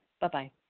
Bye-bye